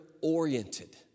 oriented